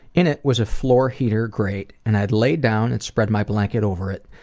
in it was a floor heater grate and i'd lay down and spread my blanket over it,